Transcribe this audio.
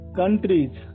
countries